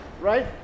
Right